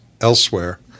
elsewhere